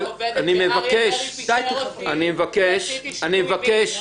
שאריה דרעי פיטר אותי כי עשיתי שינוי מין?